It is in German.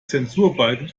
zensurbalken